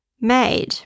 made